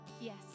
Yes